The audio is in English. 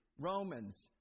Romans